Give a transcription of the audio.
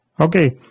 Okay